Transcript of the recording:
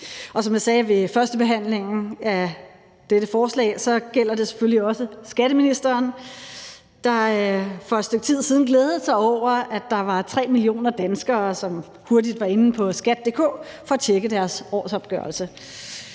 Og som jeg sagde ved førstebehandlingen af dette forslag, gælder det selvfølgelig også skatteministeren, der for et stykke tid siden glædede sig over, at der var 3 millioner danskere, som hurtigt var inde på skat.dk for at tjekke deres årsopgørelse.